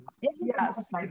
Yes